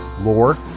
lore